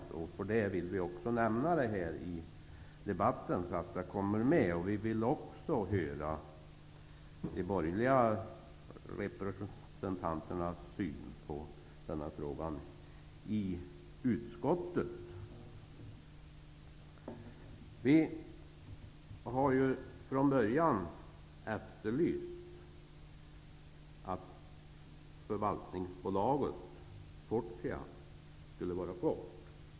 Det är också anledningen till att vi vill nämna det här i debatten, så att det kommer med. Vi vill också att de borgerliga representanterna i utskottet redovisar sin syn på denna fråga. Vi har från början efterlyst att förvaltningsbolaget Fortia skall vara kvar.